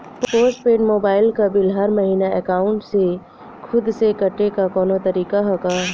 Post paid mobile क bill हर महिना एकाउंट से खुद से कटे क कौनो तरीका ह का?